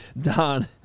Don